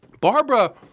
Barbara